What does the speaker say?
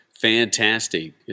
fantastic